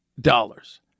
dollars